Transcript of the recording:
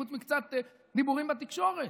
חוץ מקצת דיבורים בתקשורת.